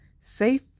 safe